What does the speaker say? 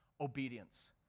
Obedience